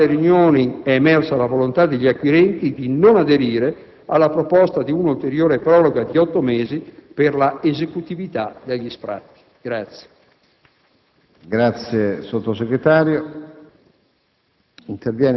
stessa riunione è emersa la volontà degli acquirenti di non aderire alla proposta di una ulteriore proroga di otto mesi per la esecutività degli sfratti.